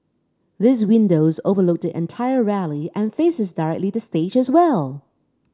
these windows overlook the entire rally and faces directly the stage as well